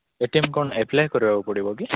ଏ T M କ'ଣ apply କରିବାକୁ ପଡ଼ିବ କି